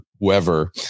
whoever